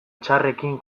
txarrekin